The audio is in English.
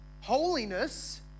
holiness